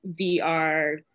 VR